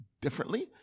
differently